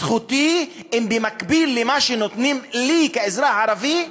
זכותי היא אם במקביל למה שנותנים לי, כאזרח ערבי,